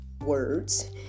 words